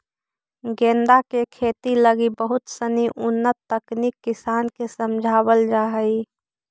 गेंदा के खेती लगी बहुत सनी उन्नत तकनीक किसान के समझावल जा हइ